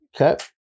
Okay